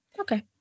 okay